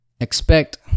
Expect